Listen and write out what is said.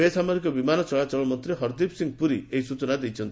ବେସାମରିକ ବିମାନ ଚଳାଚଳ ମନ୍ତ୍ରୀ ହର୍ଦୀପ୍ ସିଂହ ପ୍ରର୍ ଏହି ସୂଚନା ଦେଇଛନ୍ତି